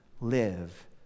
live